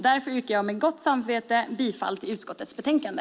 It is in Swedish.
Därför yrkar jag med gott samvete bifall till förslaget i utskottets betänkande.